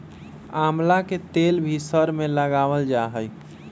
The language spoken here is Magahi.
आमला के तेल भी सर में लगावल जा हई